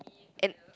and